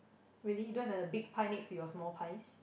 really you don't have a the big pie next to your small pies